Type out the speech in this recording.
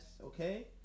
okay